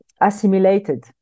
assimilated